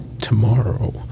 tomorrow